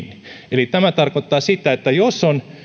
eli tämä tarkoittaa sitä että jos on